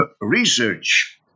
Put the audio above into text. research